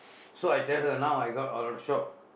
so I tell her now I got all the shop